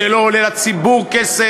זה לא עולה לציבור כסף,